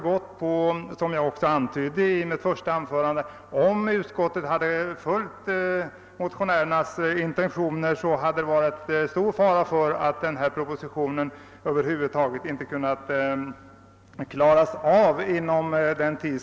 Såsom jag antydde i mitt första anförande hade det nämligen, om utskottet skulle ha följt motionärernas intentioner, varit stor fara för att förslaget i förevarande proposition inte hade kunnat genomföras inom erforderlig tid.